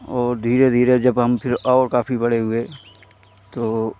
और धीरे धीरे जब हम फिर और काफ़ी बड़े हुए तो